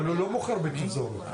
אבל אני מפחד שמחר בבוקר לא יקרה